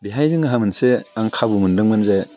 बेहाय जोंहा मोनसे आं खाबु मोनदोंमोन जे